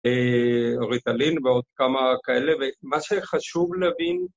ריטלין ועוד כמה כאלה ומה שחשוב להבין